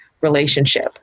relationship